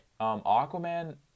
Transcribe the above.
Aquaman